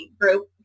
group